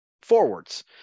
forwards